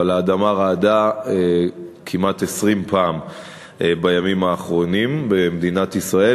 אבל האדמה רעדה כמעט 20 פעם בימים האחרונים במדינת ישראל,